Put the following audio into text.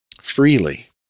freely